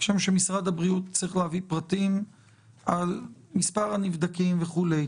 כשם שמשרד הבריאות צריך להביא פרטים על מספר הנבדקים וכולי,